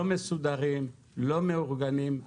הם לא מסודרים ומאורגנים.